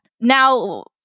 Now